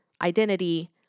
Identity